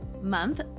month